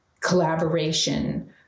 collaboration